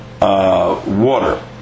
water